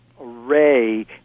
array